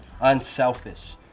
Unselfish